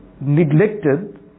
neglected